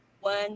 one